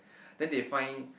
then they find